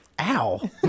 Ow